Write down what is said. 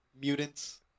mutants